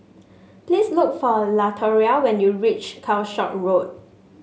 please look for Latoria when you reach Calshot Road